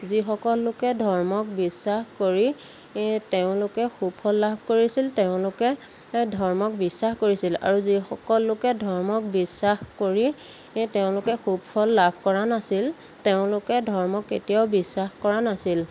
যিসকল লোকে ধৰ্মক বিশ্বাস কৰি তেওঁলোকে সুফল লাভ কৰিছিল তেওঁলোকে ধৰ্মক বিশ্বাস কৰিছিল আৰু যিসকল লোকে ধৰ্মক বিশ্বাস কৰি তেওঁলোকে সুফল লাভ কৰা নাছিল তেওঁলোকে ধৰ্মক কেতিয়াও বিশ্বাস কৰা নাছিল